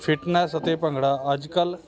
fitness ਅਤੇ ਭੰਗੜਾ ਅੱਜ ਕੱਲ੍ਹ